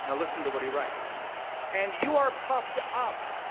listen to what he writes and you are puffed up,